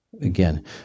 Again